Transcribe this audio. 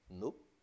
Nope